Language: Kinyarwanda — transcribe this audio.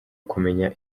kumenya